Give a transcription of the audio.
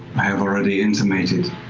i have already intimated